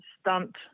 stunt